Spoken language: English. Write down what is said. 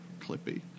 Clippy